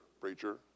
preacher